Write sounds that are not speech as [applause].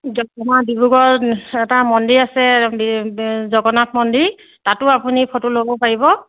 [unintelligible] ডিব্ৰুগড়ত এটা মন্দিৰ আছে [unintelligible] জগন্নাথ মন্দিৰ তাতো আপুনি ফটো ল'ব পাৰিব